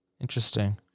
Interesting